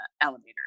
elevator